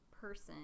person